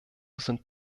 sind